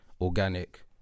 Organic